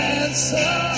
answer